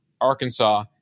Arkansas